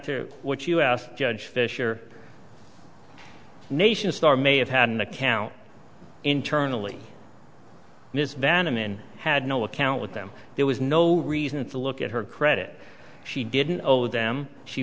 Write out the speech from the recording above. to what you asked judge fisher nation star may have had an account internally this vandeman had no account with them there was no reason to look at her credit she didn't know them she